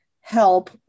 help